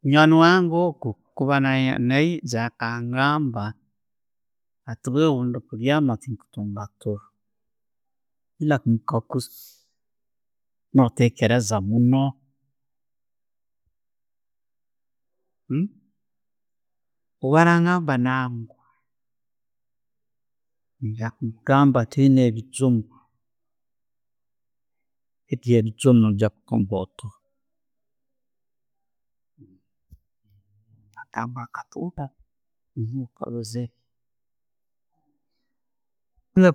Munywani wange ogwo kakuba na'iyiija akangamba nti wewe ebirooto byange nina kumukaguuza, no'tekereeza munno, bwarangamba ngu nangwa, nya kumugamba ntiina ebijjuma, ebyo ebijjum okwijja kutunga oturo.